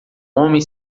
homem